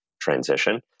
transition